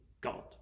God